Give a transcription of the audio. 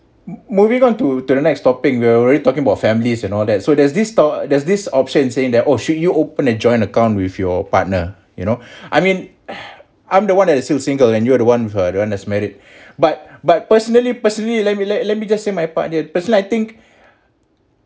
m~ moving on to to the next topic we are already talking about families and all that so there's this store there's this option saying that oh should you open a joint account with your partner you know I mean I'm the one that it still single and you are the one with uh the one that's married but but personally personally let me let let me just say my part here personally I think